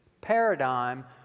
paradigm